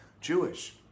Jewish